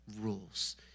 rules